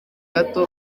gato